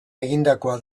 egindakoa